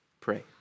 pray